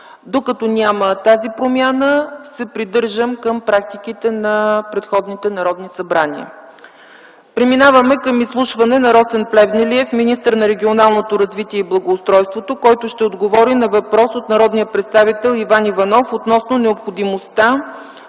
Докато няма тази промяна, ще се придържам към практиките на предходните народни събрания. Преминаваме към изслушване на Росен Плевнелиев – министър на регионалното развитие и благоустройството, който ще отговори на въпрос от народния представител Иван Иванов относно необходимостта